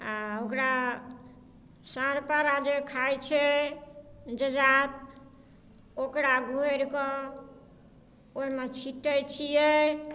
आ ओकरा साॅंढ पारा जे खाइ छै जजात ओकरा घोरि कऽ ओहिमे छिटै छियै